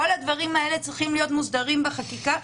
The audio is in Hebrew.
כל הדברים האלה צריכים להיות מוסדרים בחקיקה.